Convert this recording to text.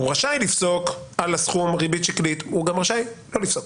הוא רשאי לפסוק על הסכום ריבית שקלית והוא גם רשאי לא לפסוק.